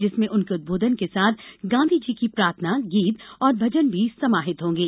जिसमें उनके उद्बोधन के साथ गांधी की प्रार्थना गीत और भजन भी समाहित होंगे